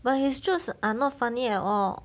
but his jokes are not funny at all